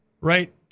Right